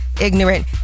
ignorant